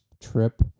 trip